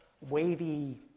wavy